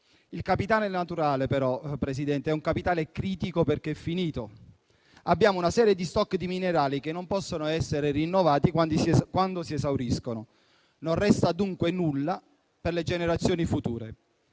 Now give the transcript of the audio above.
Il capitale naturale, però, è un capitale critico, perché è finito. Abbiamo una serie di *stock* di minerali che non possono essere rinnovati quando si esauriscono. Non resta dunque nulla per le generazioni future.